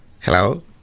Hello